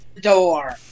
door